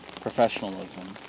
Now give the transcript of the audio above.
Professionalism